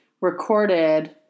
recorded